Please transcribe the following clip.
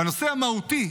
בנושא המהותי